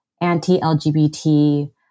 anti-LGBT